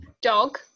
Dog